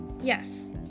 Yes